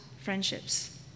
friendships